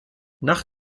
nach